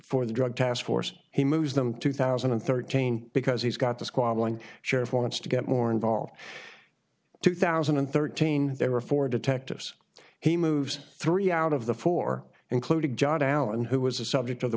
for the drug task force he moves them two thousand and thirteen because he's got the squabbling sheriff wants to get more involved two thousand and thirteen there were four detectives he moves three out of the four including john allen who was the subject of the